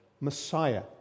Messiah